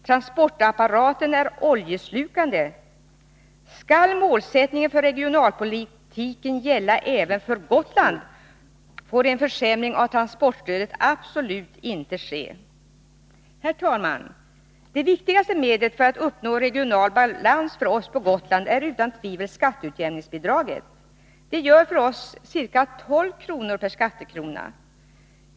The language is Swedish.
Transportapparaten är oljeslukande. Skall målsättningen för regionalpolitiken gälla även för Gotland, får en försämring av transportstödet absolut inte ske. Herr talman! Det viktigaste medlet för att uppnå regional balans för oss på Gotland är utan tvivel skatteutjämningsbidraget. Det gör för oss ca 12 kr. per skattekrona.